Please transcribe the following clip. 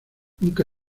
nunca